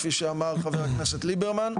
כפי שאמר חבר הכנסת ליברמן,